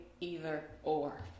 either-or